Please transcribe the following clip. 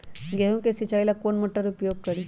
गेंहू के सिंचाई ला कौन मोटर उपयोग करी?